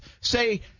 say